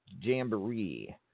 Jamboree